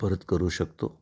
परत करू शकतो